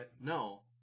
no